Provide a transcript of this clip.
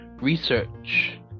research